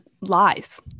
lies